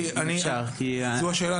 כי בסוף זו סיסמה,